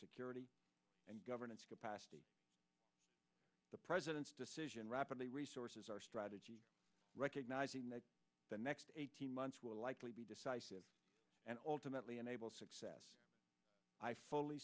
security and governance capacity the president's decision rapidly resources our strategy recognizing that the next eighteen months will likely be decisive and ultimately enable success i fully